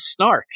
snarks